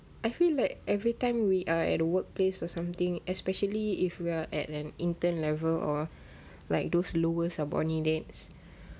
I feel like every time we are at the workplace or something especially if we're at an intern level or like those lowest ah of all candidates